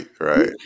right